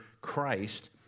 Christ